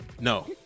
no